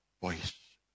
voice